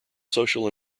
social